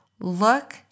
look